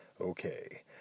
okay